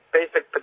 basic